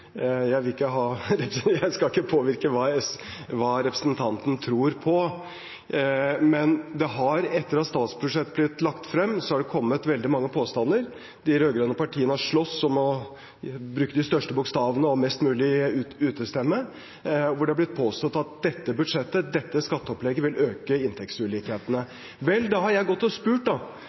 Jeg skal ikke påvirke hva representanten tror på, men etter at statsbudsjettet ble lagt frem, har det kommet veldig mange påstander. De rød-grønne partiene har slåss om å bruke de største bokstavene og mest mulig utestemme. Det har blitt påstått at dette budsjettet, dette skatteopplegget, vil øke inntektsulikhetene. Vel, da har jeg gått og spurt